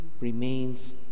remains